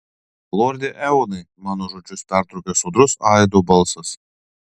lorde eonai mano žodžius pertraukė sodrus aido balsas